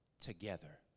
together